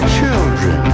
children